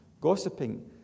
Gossiping